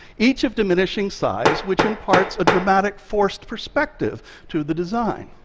each of diminishing size, which imparts a dramatic forced perspective to the design.